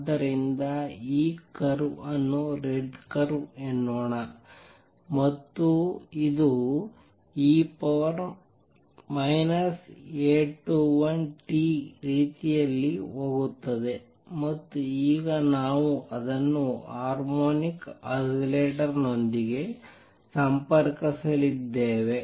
ಆದ್ದರಿಂದ ಈ ಕರ್ವ್ ಅನ್ನು ರೆಡ್ ಕರ್ವ್ ಎನ್ನೋಣ ಮತ್ತು ಇದು e A21t ರೀತಿಯಲ್ಲಿ ಹೋಗುತ್ತದೆ ಮತ್ತು ಈಗ ನಾವು ಅದನ್ನು ಹಾರ್ಮೋನಿಕ್ ಆಸಿಲೇಟರ್ ನೊಂದಿಗೆ ಸಂಪರ್ಕಿಸಲಿದ್ದೇವೆ